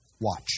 Watch